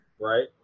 right